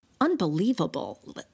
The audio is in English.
Unbelievable